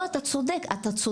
לא, אתה צודק, אתה צודק.